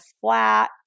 flat